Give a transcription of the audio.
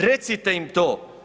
Recite im to.